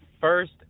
first